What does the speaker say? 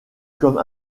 comme